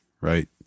right